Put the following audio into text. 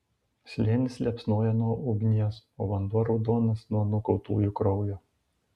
slėnis liepsnoja nuo ugnies o vanduo raudonas nuo nukautųjų kraujo